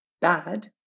bad